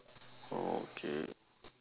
oh okay